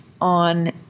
on